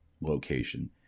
location